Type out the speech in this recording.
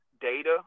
data